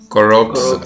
corrupts